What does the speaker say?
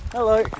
Hello